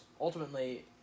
ultimately